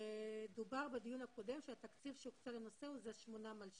דובר בדיון הקודם שהתקציב שהוקצה לנושא הוא 8 מיליון ש"ח.